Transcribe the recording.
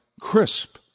crisp